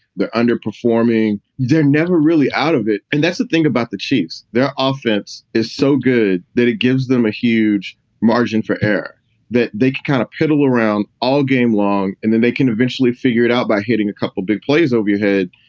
they're underperforming. they're never really out of it. and that's the thing about the chiefs. their offense is so good that it gives them a huge margin for error that they could kind of piddle around all game long and then they can eventually figure it out by hitting a couple of big plays over your head.